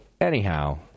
anyhow